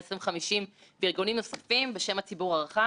המחיה ועל עקרונות היושר שאמורים לנהל את חיינו.